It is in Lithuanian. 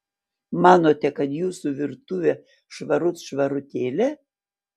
manote kad jūsų virtuvė švarut švarutėlė